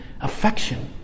affection